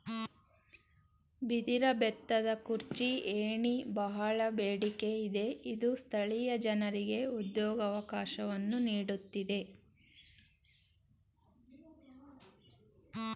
ಬಿದಿರ ಬೆತ್ತದ ಕುರ್ಚಿ, ಏಣಿ, ಬಹಳ ಬೇಡಿಕೆ ಇದೆ ಇದು ಸ್ಥಳೀಯ ಜನರಿಗೆ ಉದ್ಯೋಗವಕಾಶವನ್ನು ನೀಡುತ್ತಿದೆ